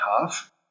half